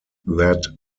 that